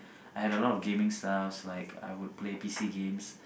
I had a lot of gaming stuff like I would play P_C games